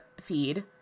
feed